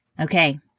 Okay